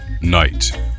Night